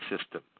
system